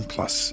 Plus